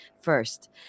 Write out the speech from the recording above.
first